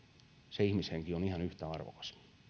se ihmishenki